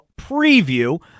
preview